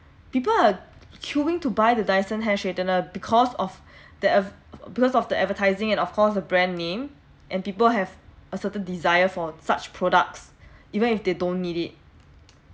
people are queueing to buy the dyson hair straightener because of the adv~ because of the advertising and of course the brand name and people have a certain desire for such products even if they don't need it